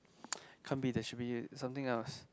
can't be the should be something else